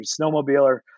snowmobiler